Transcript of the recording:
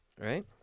Right